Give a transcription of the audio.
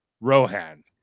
rohan